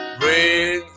bring